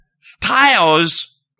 styles